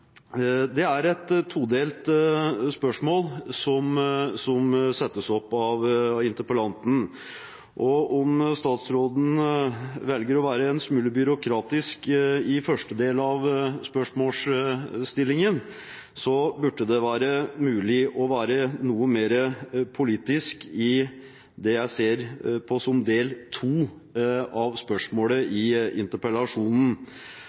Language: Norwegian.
Det er et todelt spørsmål som stilles av interpellanten. Om statsråden velger å være en smule byråkratisk når det gjelder første del av spørsmålsstillingen, burde det være mulig å være noe mer politisk i det jeg ser på som andre del av spørsmålet